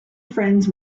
friends